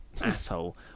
asshole